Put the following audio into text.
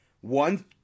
One